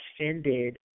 offended